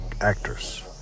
actors